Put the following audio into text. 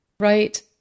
Right